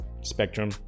spectrum